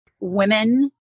women